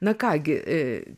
na ką gi